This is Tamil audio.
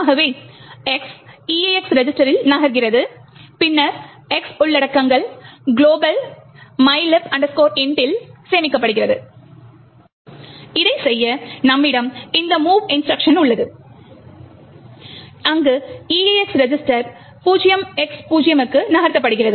ஆகவே X EAX ரெஜிஸ்டரில் நகர்கிறது பின்னர் X உள்ளடக்கங்கள் குளோபல் mylib int டில் சேமிக்கப்பட வேண்டும் இதைச் செய்ய நம்மிடம் இந்த mov இன்ஸ்ட்ருக்ஷன் உள்ளது அங்கு EAX ரெஜிஸ்டர் 0X0 க்கு நகர்த்தப்படுகிறது